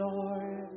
Lord